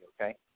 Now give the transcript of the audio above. okay